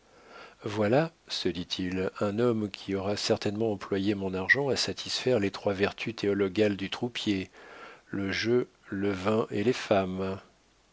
voilà se dit-il un homme qui aura certainement employé mon argent à satisfaire les trois vertus théologales du troupier le jeu le vin et les femmes